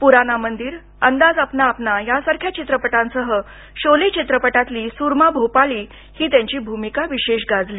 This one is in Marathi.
पुराना मंदीर अंदाज अपना अपना या सारख्या चित्रपटांसह शोले चित्रपटातली सुरमा भोपाली ही त्यांची भूमिका विशेष गाजली